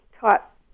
taught